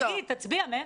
תגיד, תצביע מאיפה.